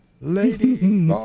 Lady